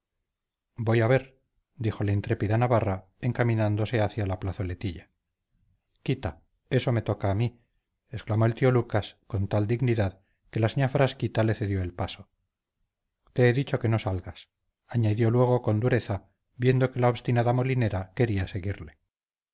voy a ver dijo la intrépida navarra encaminándose hacia la plazoletilla quita eso me toca a mí exclamó el tío lucas con tal dignidad que la señá frasquita le cedió el paso te he dicho que no salgas añadió luego con dureza viendo que la molinera quería seguirle